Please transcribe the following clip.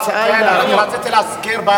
ההצעה היא, אני רק רציתי להזכיר לו,